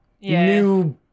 new